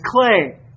clay